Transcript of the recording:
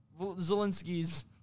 Zelensky's